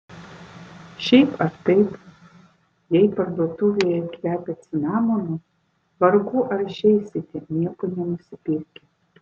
šiaip ar taip jei parduotuvėje kvepia cinamonu vargu ar išeisite nieko nenusipirkę